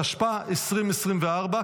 התשפ"ה 2024,